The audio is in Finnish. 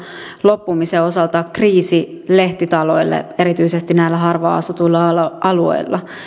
loppumisen osalta kriisi lehtitaloille erityisesti harvaan asutuilla alueilla